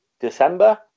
December